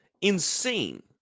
insane